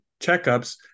checkups